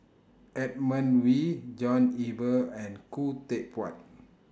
Edmund Wee John Eber and Khoo Teck Puat